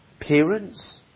parents